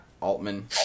Altman